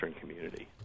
community